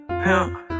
pimp